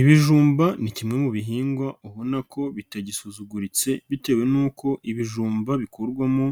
Ibijumba ni kimwe mu bihingwa ubona ko bitagisuzuguritse bitewe n'uko ibijumba bikurwamo